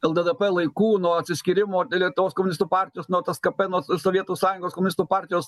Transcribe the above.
lddp laikų nuo atsiskyrimo lietuvos komunistų partijos nuo tskp nuo sovietų sąjungos komunistų partijos